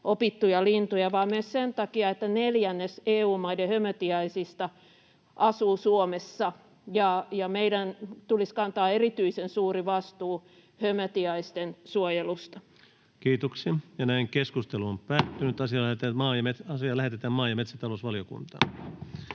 opittuja lintuja, vaan myös sen takia, että neljännes EU-maiden hömötiaisista asuu Suomessa, ja meidän tulisi kantaa erityisen suuri vastuu hömötiaisten suojelusta. Lähetekeskustelua varten esitellään päiväjärjestyksen 10.